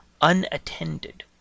unattended